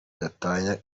gatanya